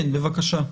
בבקשה.